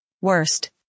worst